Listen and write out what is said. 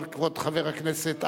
אבל כבוד חבר הכנסת אייכלר,